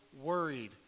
worried